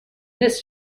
this